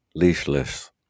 leashless